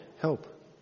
help